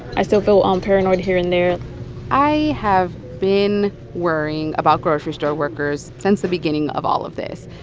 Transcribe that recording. i still feel um paranoid here and there i have been worrying about grocery store workers since the beginning of all of this.